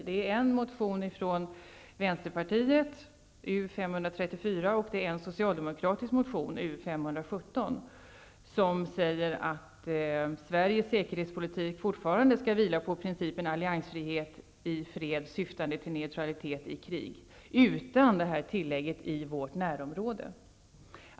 Det är en motion från Vänsterpartiet, U534, och en socialdemokratisk motion, U517, där man säger att Sveriges säkerhetspolitik fortfarande skall vila på alliansfrihet i fred, syftande till neutralitet i krig, utan tillägget ''i vårt närområde''.